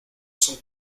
son